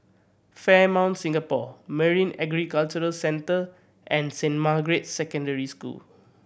Fairmont Singapore Marine Aquaculture Centre and Saint Margaret's Secondary School